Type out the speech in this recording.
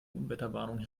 unwetterwarnung